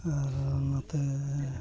ᱟᱨ ᱱᱚᱛᱮ